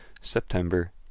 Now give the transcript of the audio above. September